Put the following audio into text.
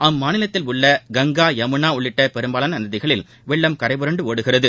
அம்மாநிலத்தில் உள்ள கங்கா யமுனா உள்ளிளட்ட பெரும்பாலான நதிகளில் வெள்ளம் கரைபுரண்டு ஒடுகிறது